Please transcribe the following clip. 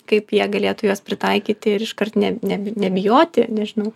kaip jie galėtų juos pritaikyti ir iškart ne ne nebijoti nežinau